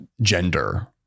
gender